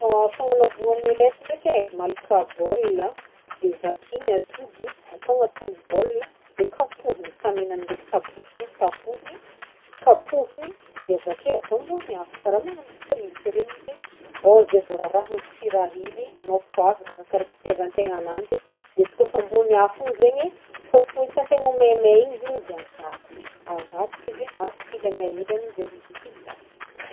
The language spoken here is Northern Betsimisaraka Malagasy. Fagnanaovana omelette ndaiky e, malaka bôl a de vakigny atody atao agnatin'bôl de kapohigny ny tamenany ndraiky tapotsiny kapohigny de avake atao ambony afo karaha magnano frity regny izy ao zay vô rarahigny sira hely nô poavra arakaraka itiavan'tegna agnanjy izy kôfa ambony afo igny zaigny kôfa ho itan'tegna meimey igny zegny izy avadika avadika izy e masaky ilany a ilany zay vô vita.